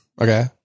Okay